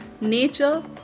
nature